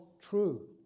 true